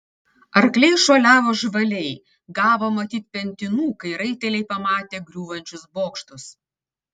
arkliai šuoliavo žvaliai gavo matyt pentinų kai raiteliai pamatė griūvančius bokštus